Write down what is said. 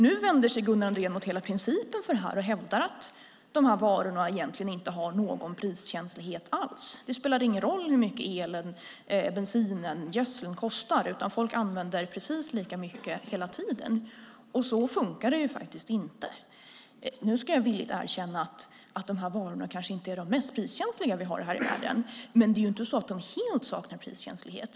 Nu vänder sig Gunnar Andrén mot hela principen för detta och hävdar att dessa varor egentligen inte har någon priskänslighet alls. Det spelar tydligen ingen roll hur mycket elen, bensinen eller gödseln kostar; folk använder precis lika mycket hela tiden. Så funkar det inte. Jag ska villigt erkänna att dessa varor kanske inte är de mest priskänsliga vi har här i världen. Men det är inte så att de helt saknar priskänslighet.